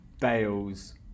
Bale's